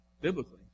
biblically